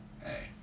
hey